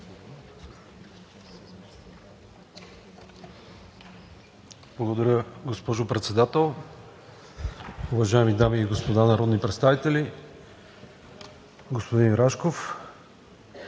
Благодаря, госпожо Председател. Уважаеми дами и господа народни представители, господин Рашков!